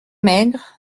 maigre